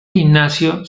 gimnasio